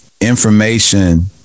Information